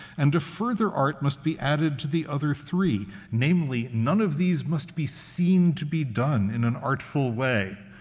and a further art must be added to the other three. namely, none of these must be seen to be done in an artful way.